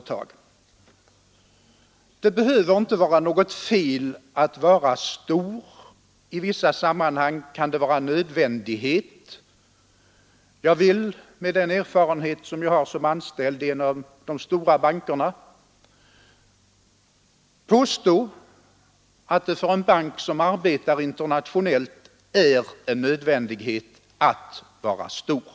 Det behöver inte vara något fel att vara stor. I vissa sammanhang kan det vara nödvändigt. Jag vill med den erfarenhet jag har som anställd i en av de stora bankerna påstå att det för en bank som arbetar internationellt är en nödvändighet att vara stor.